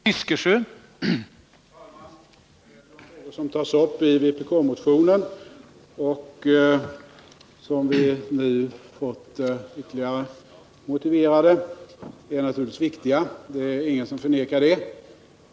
Herr talman! De frågor som tas upp i vpk-motionen och som vi nu fått ytterligare motiverade är naturligtvis viktiga. Ingen förnekar det.